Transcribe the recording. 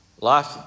life